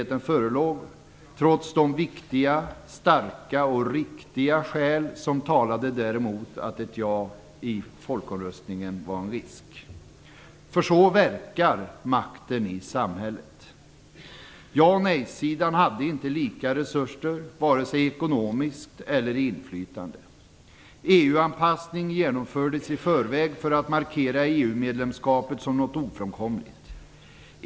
Trots de viktiga, starka och riktiga skäl som talade däremot visste vi att det fanns en risk för ett ja i folkomröstningen. Så verkar makten i samhället: Ja och nej-sidan hade inte lika resurser, vare sig ekonomiskt eller i inflytande. EU-anpassning genomfördes i förväg för att markera EU-medlemskapet som något ofrånkomligt.